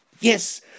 yes